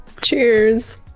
Cheers